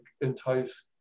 entice